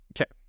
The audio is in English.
Okay